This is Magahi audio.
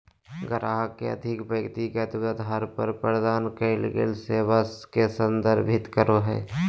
ग्राहक के अधिक व्यक्तिगत अधार पर प्रदान कइल गेल सेवा के संदर्भित करो हइ